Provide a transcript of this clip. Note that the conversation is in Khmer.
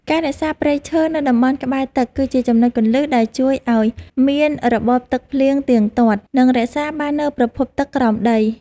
ការរក្សាព្រៃឈើនៅតំបន់ក្បែរទឹកគឺជាចំណុចគន្លឹះដែលជួយឱ្យមានរបបទឹកភ្លៀងទៀងទាត់ និងរក្សាបាននូវប្រភពទឹកក្រោមដី។